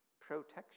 protection